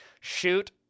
shoot